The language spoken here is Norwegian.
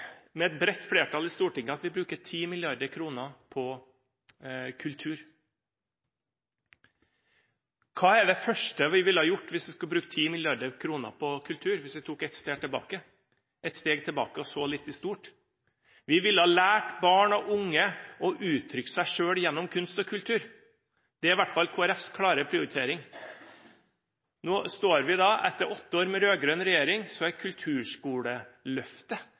at vi bruker 10 mrd. kr på kultur. Hva er det første vi ville gjort hvis vi skulle brukt 10 mrd. kr på kultur, hvis vi tok et steg tilbake og så litt på det store bildet? Vi ville lært barn og unge å uttrykke seg selv gjennom kunst og kultur. Det er i hvert fall Kristelig Folkepartis klare prioritering. Nå står vi her etter åtte år med rød-grønn regjering, og kulturskoleløftet er